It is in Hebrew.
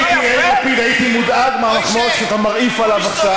אם אני הייתי יאיר לפיד הייתי מודאג מהמחמאות שאתה מרעיף עליו עכשיו.